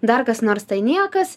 dar kas nors tai niekas